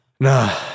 No